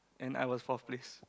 and I was fourth place